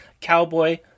cowboy